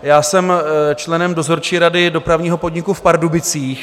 Já jsem členem dozorčí rady Dopravního podniku v Pardubicích.